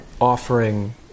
offering